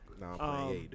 No